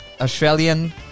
Australian